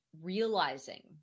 realizing